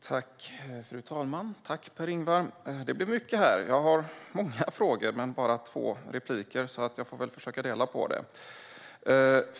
Fru talman! Tack, Per-Ingvar! Det blev mycket här. Jag har många frågor men bara två repliker, så jag får försöka dela på det.